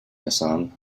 hassan